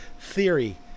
theory